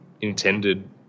intended